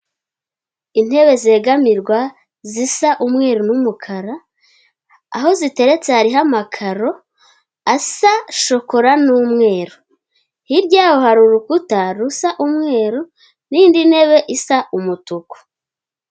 Intebe zegamirwa zisa umweru n'umukara, aho ziteretse hariho amakaro asa shokora n'umweru, hirya yaho hari urukuta rusa umweru n'indi ntebe isa umutuku.